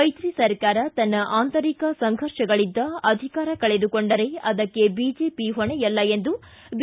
ಮೈತ್ರಿ ಸರ್ಕಾರ ತನ್ನ ಅಂತರಿಕ ಸಂಫರ್ಷಗಳಿಂದ ಅಧಿಕಾರ ಕಳೆದುಕೊಂಡರೆ ಅದಕ್ಕೆ ಬಿಜೆಪಿ ಹೊಣೆಯಲ್ಲ ಎಂದ ಬಿ